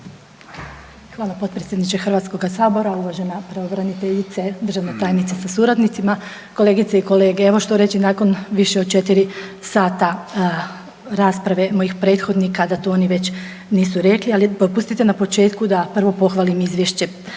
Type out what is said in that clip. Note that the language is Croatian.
Hvala potpredsjedniče Hrvatskoga sabora, uvažena pravobraniteljice, državna tajnice sa suradnicima, kolegice i kolege. Evo što reći nakon više od 4 sata rasprave mojih prethodnika da to oni već nisu rekli. Ali dopustite na početku da prvo pohvalim Izvješće